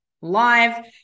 live